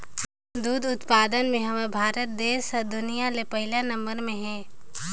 दूद उत्पादन में हमर भारत देस हर दुनिया ले पहिले नंबर में हे